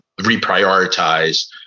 reprioritize